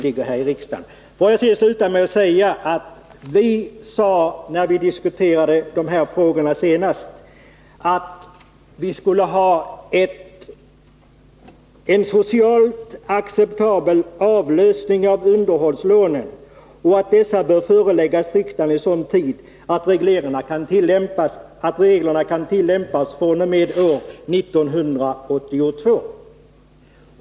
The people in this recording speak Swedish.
Jag vill sluta med att säga att vi, när vi diskuterade de här frågorna senast, sade att vi skulle ha en socialt acceptabel avlösning av underhållslånen och att sådana förslag borde föreläggas riksdagen i sådan tid att reglerna kunde tillämpas fr.o.m. år 1982.